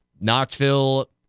Knoxville